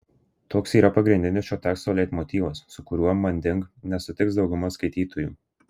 toks yra pagrindinis šio teksto leitmotyvas su kuriuo manding nesutiks dauguma skaitytojų